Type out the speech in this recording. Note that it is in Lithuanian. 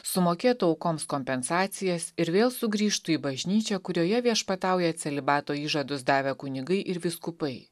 sumokėtų aukoms kompensacijas ir vėl sugrįžtų į bažnyčią kurioje viešpatauja celibato įžadus davę kunigai ir vyskupai